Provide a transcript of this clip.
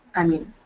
i mean.